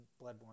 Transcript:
Bloodborne